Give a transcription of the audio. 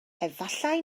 efallai